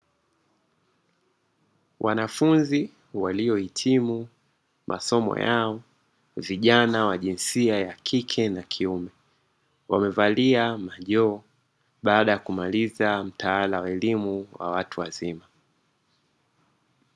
Wanafunzi waliohitimu masomo yao; vijana wa jinsia ya kike na kiume, wamevalia majoho baada ya kumaliza mtaala wa elimu wa watu wazima.